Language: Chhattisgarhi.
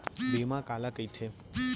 बीमा काला कइथे?